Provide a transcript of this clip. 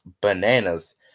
bananas